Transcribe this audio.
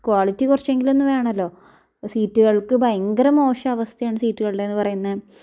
quality കുറച്ചങ്കിലൊന്ന് വേണല്ലോ അപ്പം സീറ്റുകൾക്ക് ഭയങ്കര മോശവസ്ഥയാണ് സീറ്റുകളുടേന്ന് പറയുന്നത്